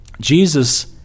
Jesus